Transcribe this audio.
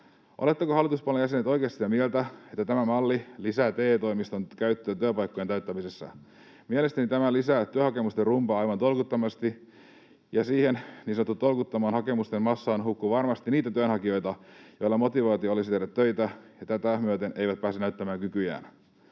Oletteko, hallituspuolueiden jäsenet, oikeasti sitä mieltä, että tämä malli lisää TE-toimiston käyttöä työpaikkojen täyttämisessä? Mielestäni tämä lisää työhakemusten rumbaa aivan tolkuttomasti, ja siihen niin sanottuun tolkuttomaan hakemusten massaan hukkuu varmasti niitä työnhakijoita, joilla olisi motivaatio tehdä töitä ja jotka tätä myöten eivät pääse näyttämään kykyjään.